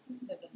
seven